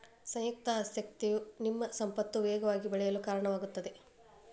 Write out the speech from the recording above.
ಸಂಯುಕ್ತ ಆಸಕ್ತಿಯು ನಿಮ್ಮ ಸಂಪತ್ತು ವೇಗವಾಗಿ ಬೆಳೆಯಲು ಕಾರಣವಾಗುತ್ತದೆ